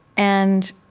and